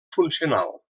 funcional